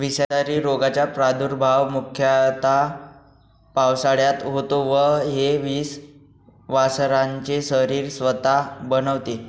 विषारी रोगाचा प्रादुर्भाव मुख्यतः पावसाळ्यात होतो व हे विष वासरांचे शरीर स्वतः बनवते